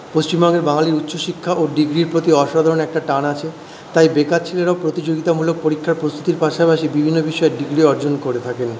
পশ্চিমবঙ্গের বাঙালির উচ্চ শিক্ষা ও ডিগ্রির প্রতি অসাধারণ একটা টান আছে তাই বেকার ছেলারাও প্রতিযোগিতামূলক পরীক্ষার প্রস্তুতির পাশাপাশি বিভিন্ন বিষয়ে ডিগ্রি অর্জন করে থাকেন